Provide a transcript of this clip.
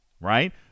right